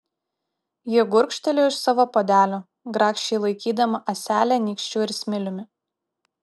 ji gurkštelėjo iš savo puodelio grakščiai laikydama ąselę nykščiu ir smiliumi